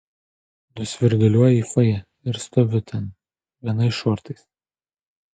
nusvirduliuoju į fojė ir stoviu ten vienais šortais